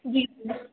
जी